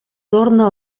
torna